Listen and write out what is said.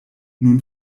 nun